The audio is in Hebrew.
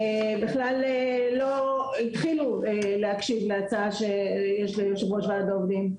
הם לא התחילו להקשיב להצעה שיש ליושב ראש וועד העובדים.